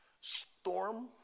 storm